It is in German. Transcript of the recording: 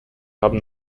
haben